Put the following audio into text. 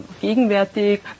gegenwärtig